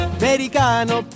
americano